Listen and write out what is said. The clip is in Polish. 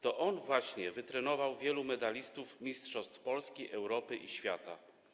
To on właśnie wytrenował wielu medalistów, mistrzów Polski, Europy i świata.